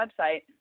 website